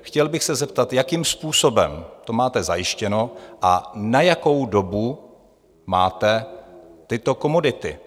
Chtěl bych se zeptat, jakým způsobem to máte zajištěno a na jakou dobu máte tyto komodity?